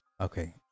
okay